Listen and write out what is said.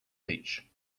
beach